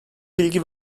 bilgi